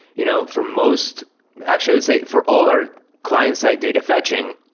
you know for most actually i would say for all our client-side data fetching,